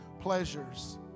pleasures